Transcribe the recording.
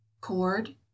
cord